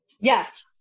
Yes